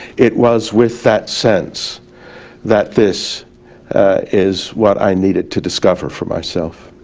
it was with that sense that this is what i needed to discover for myself.